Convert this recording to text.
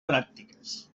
pràctiques